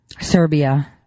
Serbia